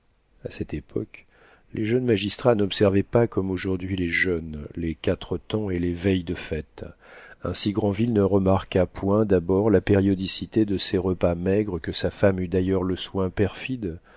a cette époque les jeunes magistrats n'observaient pas comme aujourd'hui les jeûnes les quatre-temps et les veilles de fêtes ainsi granville ne remarqua point d'abord la périodicité de ces repas maigres que sa femme eut d'ailleurs le soin perfide